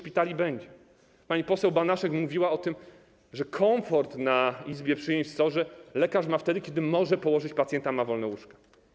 Pani poseł Banaszek mówiła o tym, że komfort na izbie przyjęć, SOR lekarz ma wtedy, kiedy może położyć pacjenta, ma wolne łóżka.